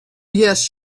yes